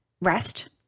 rest